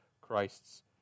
Christ's